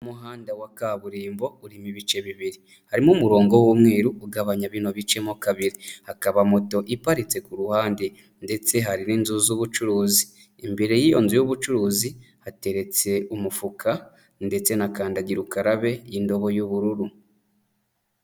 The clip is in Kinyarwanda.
Umuhanda wa kaburimbo urimo ibice bibiri harimo umurongo w'umweru ugabanya bino bicemo kabiri hakaba moto iparitse ku ruhande ndetse hari n'inzu z'ubucuruzi. Imbere y'iyo nzu y'ubucuruzi hateretse umufuka ndetse na kandagira ukarabe, indobo y'ubururu.